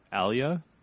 Alia